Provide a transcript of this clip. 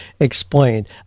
explained